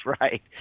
right